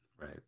Right